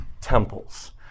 temples